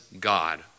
God